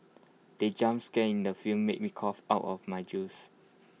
the jump scare in the film made me cough out of my juice